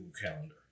Calendar